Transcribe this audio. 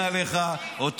אתה ביזיון.